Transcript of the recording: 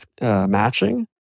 matching